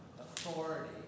authority